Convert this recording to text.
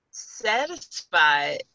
satisfied